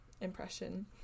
impression